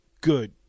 good